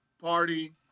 party